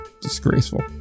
Disgraceful